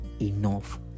enough